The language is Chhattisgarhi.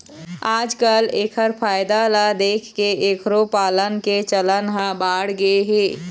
आजकाल एखर फायदा ल देखके एखरो पालन के चलन ह बाढ़गे हे